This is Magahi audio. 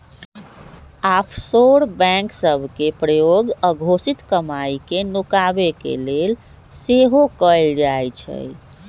आफशोर बैंक सभ के प्रयोग अघोषित कमाई के नुकाबे के लेल सेहो कएल जाइ छइ